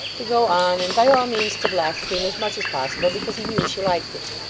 to go on, and by all means to blaspheme as much as possible, because he knew she liked it.